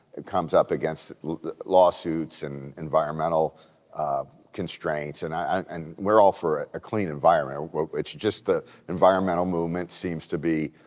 it comes up against lawsuits and environmental um constraints and and we're all for a clean environment, it's just the environmental movement seems to be